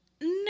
no